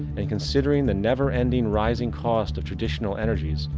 and considering the never ending rising costs of traditional energies,